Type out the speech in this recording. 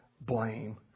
blame